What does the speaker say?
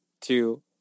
two